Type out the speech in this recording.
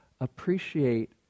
appreciate